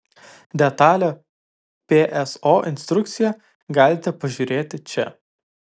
detalią pso instrukciją galite pažiūrėti čia